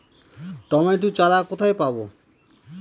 Tomato চারা কোথায় পাবো?